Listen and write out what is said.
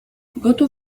gotów